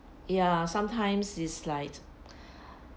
ya sometimes is like